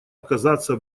оказаться